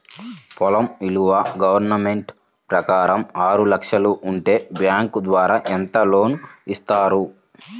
పొలం విలువ గవర్నమెంట్ ప్రకారం ఆరు లక్షలు ఉంటే బ్యాంకు ద్వారా ఎంత లోన్ ఇస్తారు?